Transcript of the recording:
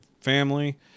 family